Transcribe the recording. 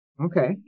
okay